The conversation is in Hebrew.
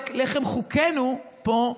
לחם חוקנו פה,